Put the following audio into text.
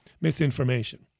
Misinformation